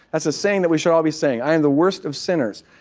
that's a saying that we should all be saying, i am the worst of sinners.